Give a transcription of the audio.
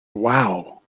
wow